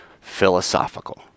philosophical